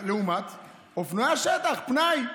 אופנועי השטח, פנאי.